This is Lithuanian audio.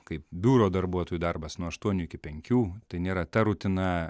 kaip biuro darbuotojų darbas nuo aštuonių iki penkių tai nėra ta rutina